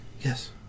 Yes